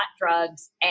drugs